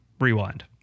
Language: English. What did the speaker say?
rewind